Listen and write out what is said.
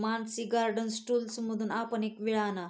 Mansi garden टूल्समधून आपण एक विळा आणा